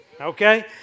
okay